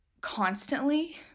constantly